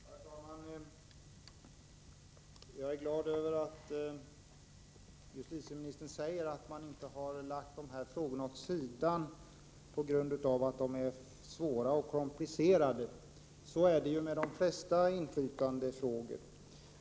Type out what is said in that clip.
Herr talman! Jag är glad över att justitieministern säger att regeringen inte har lagt dessa frågor åt sidan på grund av att de är svåra och komplicerade. Så är det med de flesta inflytandefrågor.